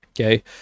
Okay